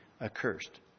accursed